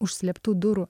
užslėptų durų